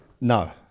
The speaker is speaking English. no